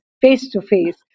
face-to-face